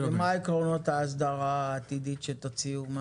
מה עקרונות ההסדרה העתידית שתוציאו?